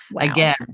Again